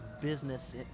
business